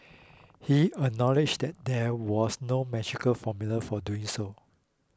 he acknowledged that there was no magical formula for doing so